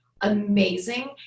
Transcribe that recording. amazing